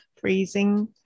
freezing